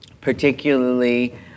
particularly